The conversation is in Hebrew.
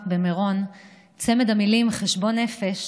במירון, צמד המילים "חשבון נפש"